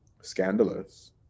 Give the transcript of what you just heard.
scandalous